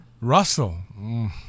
Russell